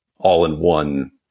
all-in-one